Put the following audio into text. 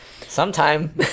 sometime